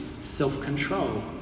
self-control